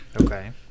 Okay